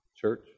church